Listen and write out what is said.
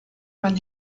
man